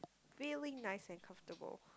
really nice and comfortable